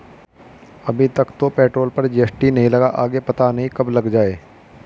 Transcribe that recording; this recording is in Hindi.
अभी तक तो पेट्रोल पर जी.एस.टी नहीं लगा, आगे पता नहीं कब लग जाएं